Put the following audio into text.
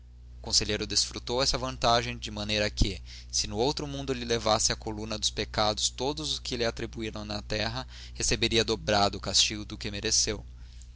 conselheiro desfrutou essa vantagem de maneira que se no outro mundo lhe levassem à coluna dos pecados todos os que lhe atribuíam na terra receberia dobrado castigo do que mereceu